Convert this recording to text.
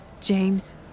James